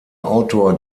autor